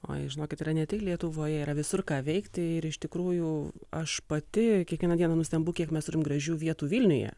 oi žinokit yra ne tik lietuvoje yra visur ką veikti ir iš tikrųjų aš pati kiekvieną dieną nustembu kiek mes turim gražių vietų vilniuje